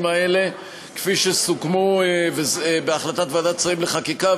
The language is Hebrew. האלה כפי שסוכמו בהחלטת ועדת שרים לחקיקה,